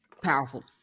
Powerful